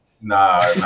Nah